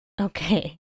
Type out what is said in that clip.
Okay